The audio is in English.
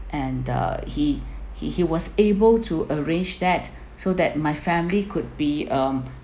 and uh he he he was able to arrange that so that my family could be um